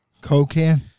Cocaine